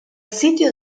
sitio